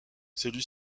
celui